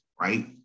right